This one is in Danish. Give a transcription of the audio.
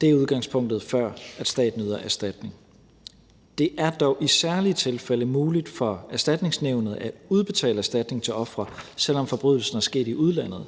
det er udgangspunktet, før staten yder erstatning. Det er dog i særlige tilfælde muligt for Erstatningsnævnet at udbetale erstatning til ofre, selv om forbrydelsen er sket i udlandet, og